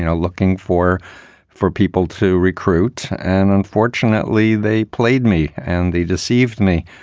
you know looking for four people to recruit. and unfortunately, they played me and they deceived me,